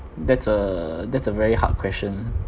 that's a that's a very hard question